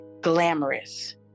glamorous